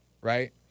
Right